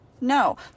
no